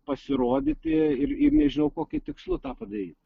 pasirodyti ir ir nežinau kokiu tikslu tą padaryt